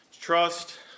trust